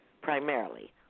primarily